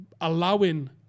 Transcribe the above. allowing